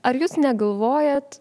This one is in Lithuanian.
ar jūs negalvojat